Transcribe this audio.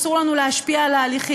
אסור לנו להשפיע על ההליכים,